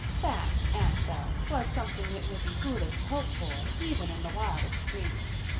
that, anne felt, was something it would be foolish to hope for even in the wildest dreams.